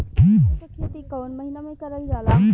अरहर क खेती कवन महिना मे करल जाला?